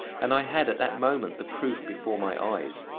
and i had at that moment the proof before my eyes.